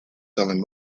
selling